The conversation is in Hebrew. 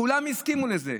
כולם הסכימו לזה.